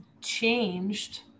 changed